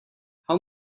how